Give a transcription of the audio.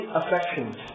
affections